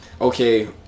okay